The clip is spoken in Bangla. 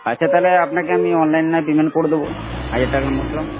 আচ্ছা তাহলে আপনাকে আমি অনলাইন না হয় পেমেন্ট করে দেবো হাজার টাকা মতো